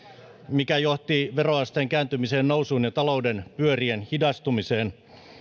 mikä johti veroasteen kääntymiseen nousuun ja talouden pyörien hidastumiseen